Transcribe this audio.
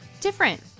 different